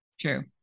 True